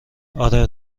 آره